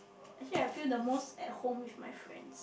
actually I feel the most at home with my friends